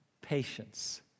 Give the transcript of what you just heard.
patience